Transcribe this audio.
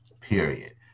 Period